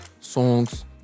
songs